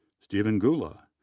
stephen goula,